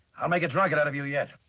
i'll make a drunk and out of you yet.